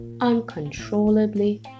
uncontrollably